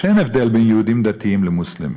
שאין הבדל בין יהודים דתיים למוסלמים.